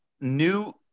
new